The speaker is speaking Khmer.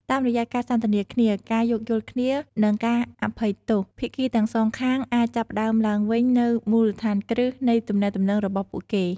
តាមរយៈការសន្ទនាគ្នា ការយោគយល់គ្នា និងការអភ័យទោស ភាគីទាំងសងខាងអាចចាប់ផ្ដើមឡើងវិញនូវមូលដ្ឋានគ្រឹះនៃទំនាក់ទំនងរបស់ពួកគេ។